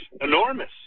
enormous